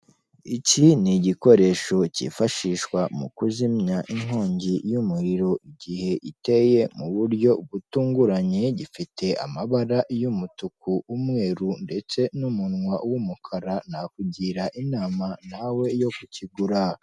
Iki ni igikoresho cyifashishwa mu kuzimya inkongi y'umuriro igihe iteye mu buryo butunguranye, gifite amabara y'umutuku, umweru ndetse n'umunwa w'umukara, nakugira inama nawe yo kukigura.